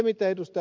mitä ed